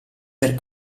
per